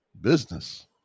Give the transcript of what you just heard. business